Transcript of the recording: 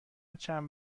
چند